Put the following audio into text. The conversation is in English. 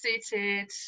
suited